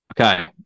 Okay